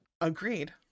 Agreed